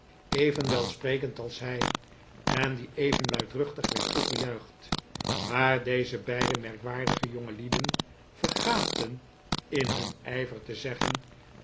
even welsprekend als hij en die even luidruchtig werd toegejuicht maar deze beide merkwaardige jongelieden vergaten in hun ijver te zeggen